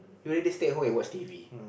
you everyday stay at home and watch T_V